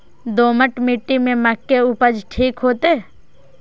दोमट मिट्टी में मक्के उपज ठीक होते?